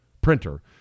printer